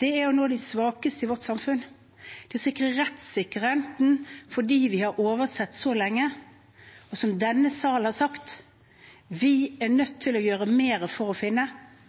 Det handler om å nå de svakeste i samfunnet vårt. Det handler om å sikre rettssikkerheten til dem vi har oversett så lenge, og som man i denne salen har sagt at man må gjøre mer for å finne.